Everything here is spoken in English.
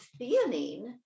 theanine